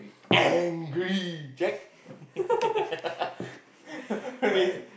angry Jack really